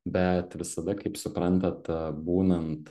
bet visada kaip suprantat būnant